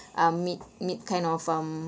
a mid mid kind of um